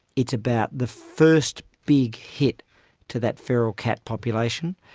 it's about the first big hit to that feral cat population.